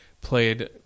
played